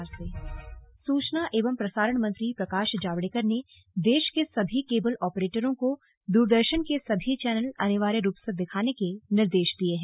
slug Prakash Javadekar सूचना एवं प्रसारण मंत्री प्रकाश जावडेकर ने देश के सभी केबल ऑपरेटरों को दूरदर्शन के सभी चैनल अनिवार्य रूप से दिखाने के निर्देश दिए हैं